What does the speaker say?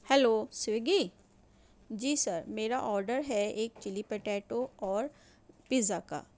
hello Swiggy ji sir میرا order ہے ایک چلی پٹیٹو اور پزا کا